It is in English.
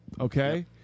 Okay